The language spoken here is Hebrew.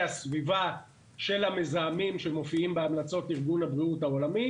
הסביבה של המזהמים שמופיעים בהמלצות ארגון הבריאות העולמי.